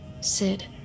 Sid